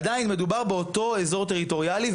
עדיין מדובר באותו איזור טריטוריאלי.